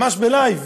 ממש ב"לייב",